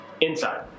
Inside